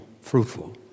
fruitful